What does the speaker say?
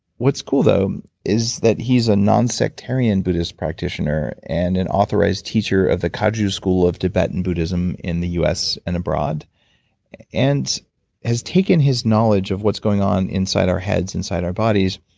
what's cool though is that he's a non-sectarian buddhist practitioner and an authorized teacher of the kagyu school of tibetan buddhism in the u s. and abroad and has taken his knowledge of what's going on inside our heads, inside our bodies,